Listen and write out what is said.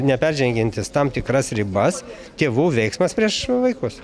neperžengiantis tam tikras ribas tėvų veiksmas prieš vaikus